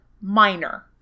minor